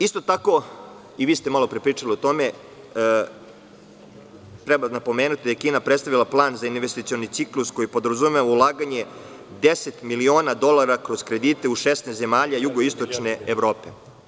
Isto tako, vi ste malopre pričali o tome, treba napomenuti da je Kina predstavila plan za investicioni ciklus, koji podrazumeva ulaganje 10.000.000.000 dolara kroz kredite u 16 zemalja jugoistočne Evrope.